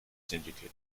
syndicate